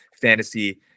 fantasy